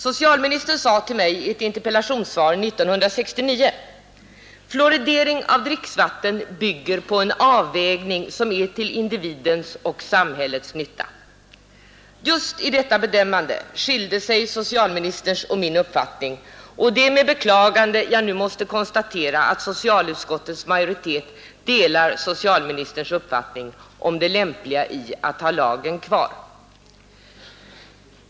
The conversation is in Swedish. Socialministern sade till mig i ett interpellationssvar 1969: ”Fluoridering av dricksvatten bygger på en avvägning som är till individens och samhällets nytta.” Just i detta bedömande skilde sig socialministerns och min uppfattning, och det är med beklagande jag nu måste konstatera att socialutskottets majoritet delar socialministerns uppfattning om det lämpliga i att ha lagen kvar.